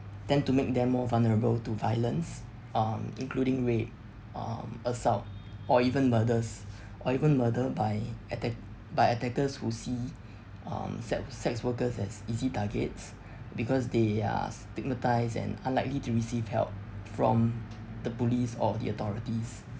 tend to make them more vulnerable to violence um including rape um assault or even murders or even murder by attack by attackers who see um sex sex workers as easy targets because they are stigmatize and unlikely to receive help from the police or the authorities